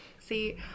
See